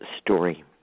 story